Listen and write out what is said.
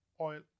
oil